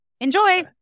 Enjoy